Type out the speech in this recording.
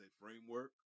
framework